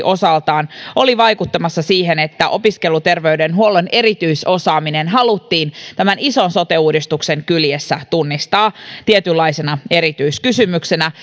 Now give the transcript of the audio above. osaltaan oli vaikuttamassa siihen että opiskeluterveydenhuollon erityisosaaminen haluttiin tämän ison sote uudistuksen kyljessä tunnistaa tietynlaisena erityiskysymyksenä